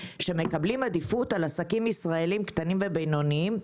שמקבלים עדיפות על עסקים ישראלים קטנים ובינוניים.